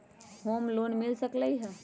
Home loan मिल सकलइ ह?